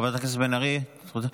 חברת הכנסת בן ארי, את רוצה?